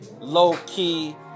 low-key